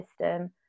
system